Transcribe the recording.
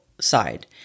side